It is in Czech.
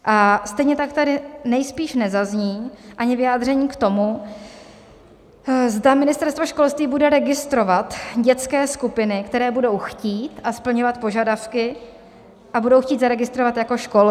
A stejně tak tady nejspíš nezazní ani vyjádření k tomu, zda Ministerstvo školství bude registrovat dětské skupiny, které budou chtít a splňovat požadavky a budou chtít zaregistrovat jako školka.